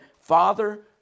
Father